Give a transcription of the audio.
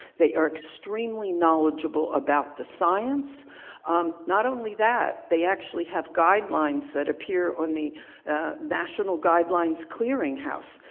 they are extremely knowledgeable about the science um not only that, they actually have guidelines that appear on the national guidelines clearinghouse,